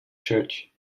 church